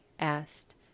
asked